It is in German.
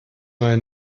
neue